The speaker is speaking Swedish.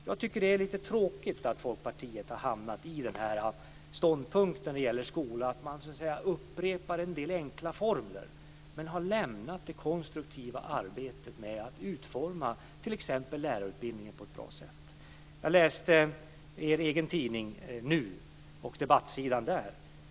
Jag tycker att det är lite tråkigt att Folkpartiet har hamnat i den ståndpunkten när det gäller skolan att man så att säga upprepar en del enkla formler, men har lämnat det konstruktiva arbetet med att utforma t.ex. lärarutbildningen på ett bra sätt. Jag läste debattsidan i er egen tidning Nu.